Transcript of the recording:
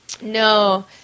No